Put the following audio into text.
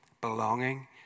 belonging